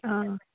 ꯑꯥ